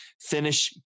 finish